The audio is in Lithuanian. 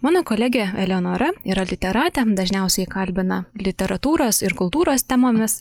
mano kolegė eleonora yra literatė dažniausiai kalbina literatūros ir kultūros temomis